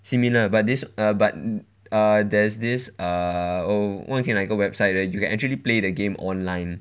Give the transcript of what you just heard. similar but this err but uh there's this err oh 忘记哪一个 website you can actually play the game online